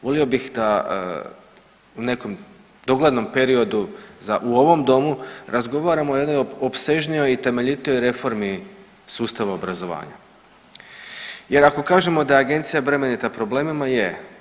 Volio bih da u nekom doglednom periodu za, u ovom Domu razgovaramo o jednoj opsežnijoj i temeljitijoj reformi sustava obrazovanja jer ako kažemo da je Agencija bremenita problemima, je.